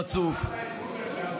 למה הוא לא מינה שר רווחה.